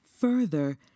further